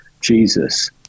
Jesus